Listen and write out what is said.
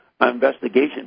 investigation